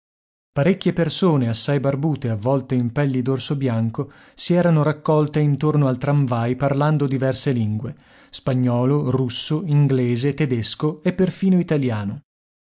parecchie persone assai barbute avvolte in pelli d'orso bianco si erano raccolte intorno al tramvai parlando diverse lingue spagnolo russo inglese tedesco e perfino italiano